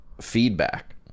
feedback